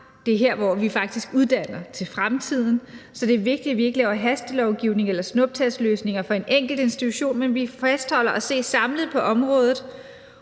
Det er her, hvor vi faktisk uddanner til fremtiden, så det er vigtigt, at vi ikke laver hastelovgivning eller snuptagsløsninger for en enkelt institution, men at vi fastholder at se samlet på området